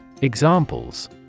Examples